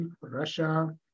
Russia